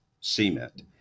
cement